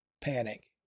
panic